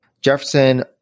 Jefferson